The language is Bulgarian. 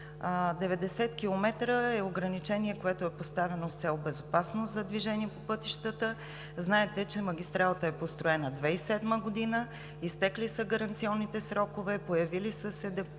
е ограничение, което е поставено с цел безопасност за движение по пътищата. Знаете, че магистралата е построена през 2007 г. Изтекли са гаранционните срокове; появили са се деформационни